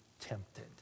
tempted